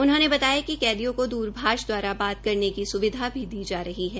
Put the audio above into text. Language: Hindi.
उन्होंने बताया कि कैदियो को द्रभाष दवारा बात करने की स्विधा दी जा रही है